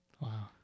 Wow